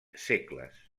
segles